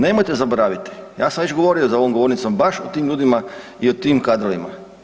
Nemojte zaboraviti, ja sam već govorio za ovom govornicom baš o tim ljudima i o tim kadrovima.